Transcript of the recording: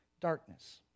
Darkness